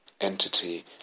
entity